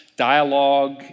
dialogue